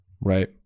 Right